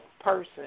person